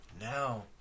Now